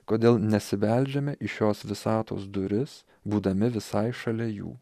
kodėl nesibeldžiame į šios visatos duris būdami visai šalia jų